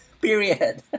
Period